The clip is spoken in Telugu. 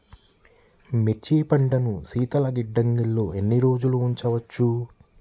మిర్చి పంటను శీతల గిడ్డంగిలో ఎన్ని రోజులు ఉంచవచ్చు?